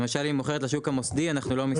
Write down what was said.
למשל אם היא מוכרת לשוק המוסדי אנחנו לא מסתכלים.